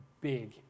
big